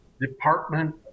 department